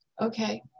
Okay